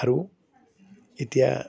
আৰু এতিয়া